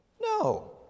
No